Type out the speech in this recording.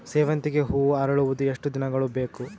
ಸೇವಂತಿಗೆ ಹೂವು ಅರಳುವುದು ಎಷ್ಟು ದಿನಗಳು ಬೇಕು?